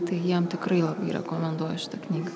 tai jiem tikrai rekomenduoju šitą knygą